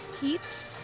Heat